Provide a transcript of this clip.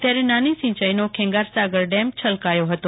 ત્યારે નાની સિંચાઈનો ખેંગારસાગર ડેમ છલકાઈ ગયો હતો